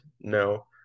No